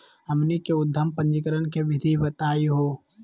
हमनी के उद्यम पंजीकरण के विधि बताही हो?